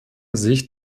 sicht